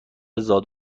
زاد